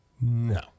No